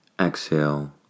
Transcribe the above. Exhale